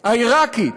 העיראקית.